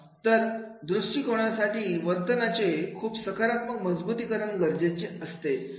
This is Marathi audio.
तर दृष्टी कोणासाठी वर्तनाचे खूप सकारात्मक मजबुतीकरण गरजेचे असते